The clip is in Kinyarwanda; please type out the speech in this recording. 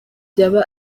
byaba